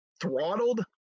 throttled